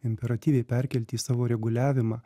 imperatyviai perkelti į savo reguliavimą